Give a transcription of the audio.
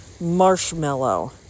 marshmallow